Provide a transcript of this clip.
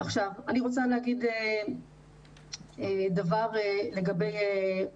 אני רוצה להגיד משהו לגבי מה